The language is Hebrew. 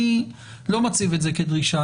אני לא מציב את זה כדרישה,